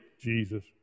Jesus